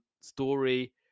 story